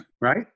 Right